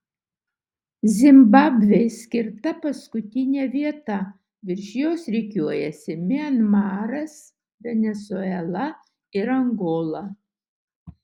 zimbabvei skirta paskutinė vieta virš jos rikiuojasi mianmaras venesuela ir angola